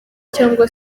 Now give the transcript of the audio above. cyangwa